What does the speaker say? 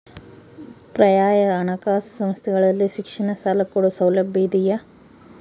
ಪರ್ಯಾಯ ಹಣಕಾಸು ಸಂಸ್ಥೆಗಳಲ್ಲಿ ಶಿಕ್ಷಣ ಸಾಲ ಕೊಡೋ ಸೌಲಭ್ಯ ಇದಿಯಾ?